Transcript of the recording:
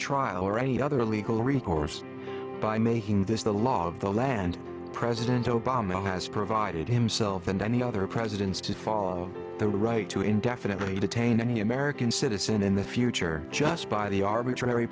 trial or any other legal recourse by making this the law of the land president obama has provided himself and any other presidents to follow the right to indefinitely detain any american citizen in the future just by the arbitrary